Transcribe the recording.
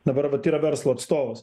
dabar vat yra verslo atstovas